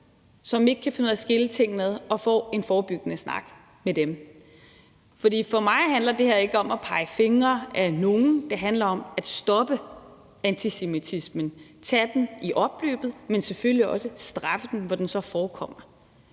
som ikke kan finde ud af at skille tingene ad, og får en forebyggende snak med dem. Og for mig handler det her ikke om at pege fingre ad nogen, men det handler om at stoppe antisemitismen, tage den i opløbet, men selvfølgelig også straffe den der, hvor den så forekommer.